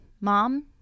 mom